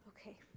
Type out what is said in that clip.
Okay